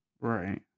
Right